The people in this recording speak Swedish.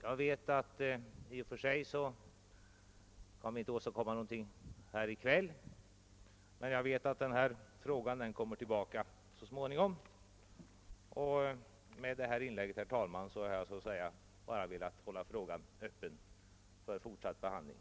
Jag vet att vi i och för sig inte kan åstadkomma någonting här i kväll, men jag vet också att denna fråga kommer tillbaka så småningom. Med detta inlägg, herr talman, har jag bara velat hålla frågan öppen för fortsatt behandling.